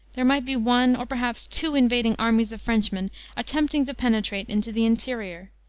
there might be one, or perhaps two invading armies of frenchmen attempting to penetrate into the interior.